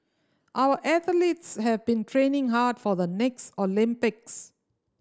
our athletes have been training hard for the next Olympics